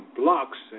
blocks